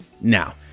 Now